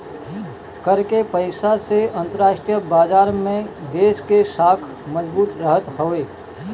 कर के पईसा से अंतरराष्ट्रीय बाजार में देस के साख मजबूत रहत हवे